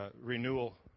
renewal